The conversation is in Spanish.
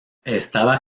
estaba